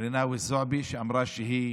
רינאוי זועבי, שאמרה שהיא